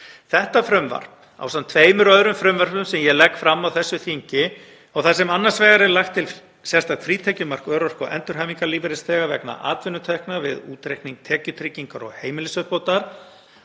Þetta frumvarp ásamt tveimur öðrum frumvörpum sem ég legg fram á þessu þingi og þar sem annars vegar er lagt til sérstakt frítekjumark örorku- og endurhæfingarlífeyrisþega vegna atvinnutekna við útreikning tekjutryggingar og heimilisuppbótar